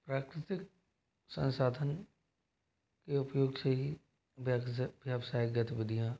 प्राकृतिक संसाधन के उपयोग से ही व्यवसायिक गतिविधियाँ